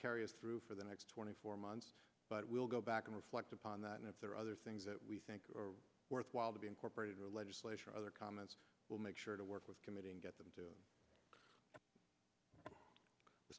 carry us through for the next twenty four months but we'll go back can reflect upon that and if there are other things that we think worthwhile to be incorporated or legislation or other comments we'll make sure to work with committing to get them to